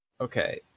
Okay